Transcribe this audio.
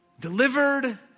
Delivered